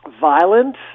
violent